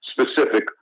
specific